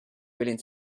willing